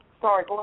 sorry